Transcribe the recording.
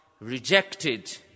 rejected